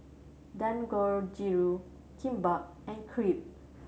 Dangojiru Kimbap and Crepe